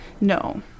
No